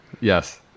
Yes